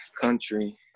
country